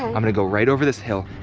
and i'm gonna go right over this hill.